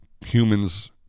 Humans